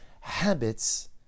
Habits